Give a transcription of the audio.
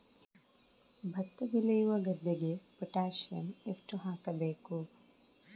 ಭತ್ತ ಬೆಳೆಯುವ ಗದ್ದೆಗೆ ಪೊಟ್ಯಾಸಿಯಂ ಎಷ್ಟು ಹಾಕಬೇಕು?